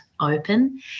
open